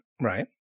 Right